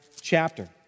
chapter